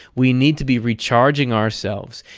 we need to be recharging ourselves.